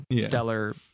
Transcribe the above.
stellar